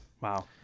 Wow